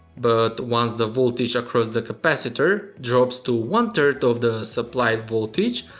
but once the voltage across the capacitor drops to one three of the supply voltage,